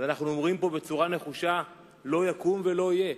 אנחנו אומרים פה בצורה נחושה: לא יקום ולא יהיה.